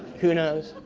who knows?